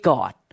God